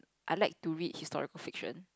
I like to read historical fiction